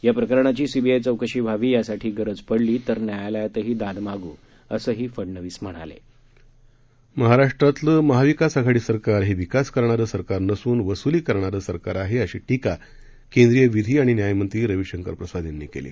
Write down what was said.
या प्रकरणाची सीबीआय चौकशी व्हावी यासाठी गरज पडली तर न्यायालयातही दाद मागू असंही फडनवीस म्हणाले महाराष्ट्रातलं महाविकास आघाडी सरकार हे विकास करणारं सरकार नसून वसूली सरकार आहे अशी टीका केंद्रीय विधी आणि न्यायमंत्री रवी शंकर प्रसाद यांनी केली